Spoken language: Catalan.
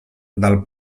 del